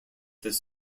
this